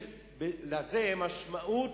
יש לזה משמעות,